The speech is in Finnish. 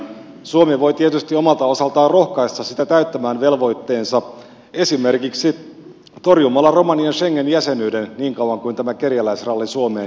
suomi voi tietysti omalta osaltaan rohkaista sitä täyttämään velvoitteensa esimerkiksi torjumalla romanian schengen jäsenyyden niin kauan kuin tämä kerjäläisralli suomeen jatkuu